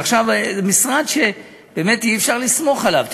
ועכשיו, משרד שבאמת אי-אפשר לסמוך עליו.